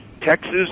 Texas